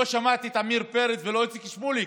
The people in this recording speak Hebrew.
לא שמעתי את עמיר פרץ ולא את איציק שמולי